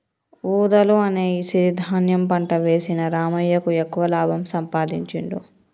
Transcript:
వూదలు అనే ఈ సిరి ధాన్యం పంట వేసిన రామయ్యకు ఎక్కువ లాభం సంపాదించుడు